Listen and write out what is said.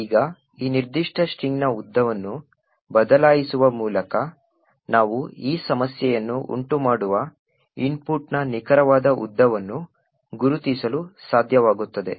ಈಗ ಈ ನಿರ್ದಿಷ್ಟ ಸ್ಟ್ರಿಂಗ್ನ ಉದ್ದವನ್ನು ಬದಲಾಯಿಸುವ ಮೂಲಕ ನಾವು ಈ ಸಮಸ್ಯೆಯನ್ನು ಉಂಟುಮಾಡುವ ಇನ್ಪುಟ್ನ ನಿಖರವಾದ ಉದ್ದವನ್ನು ಗುರುತಿಸಲು ಸಾಧ್ಯವಾಗುತ್ತದೆ